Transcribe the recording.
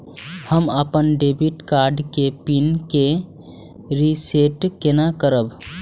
हम अपन debit card के पिन के रीसेट केना करब?